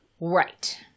Right